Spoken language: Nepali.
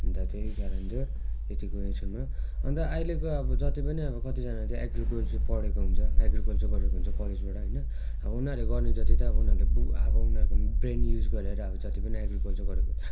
अन्त त्यही कारण त यतिको अन्त अहिलेको अब जति पनि अब कतिजना त्यो एग्रिक्रोची पढेको हुन्छ एग्रिकल्चर गरेको हुन्छ कलेजबाट होइन अब उनीहरूले गर्ने जति चाहिँ अब उनीहरूले बु अब उनीहरूको ब्रेन युज गरेर अब जति पनि एग्रिकल्चर गरेको